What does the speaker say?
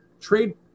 trade